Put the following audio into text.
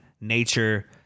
nature